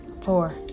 four